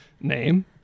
Name